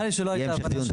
נראה לי שלא הייתה הבנה.